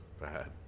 bad